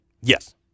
Yes